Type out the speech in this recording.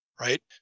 right